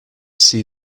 see